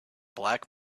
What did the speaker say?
black